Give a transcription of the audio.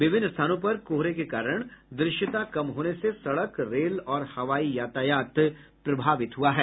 विभिन्न स्थानों पर कोहरे के कारण दृश्यता कम होने से सड़क रेल और हवाई यातायात प्रभावित हुआ है